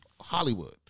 Hollywood